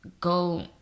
go